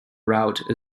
route